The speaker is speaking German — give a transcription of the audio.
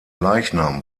leichnam